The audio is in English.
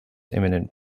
imminent